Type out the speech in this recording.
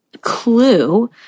clue